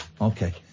Okay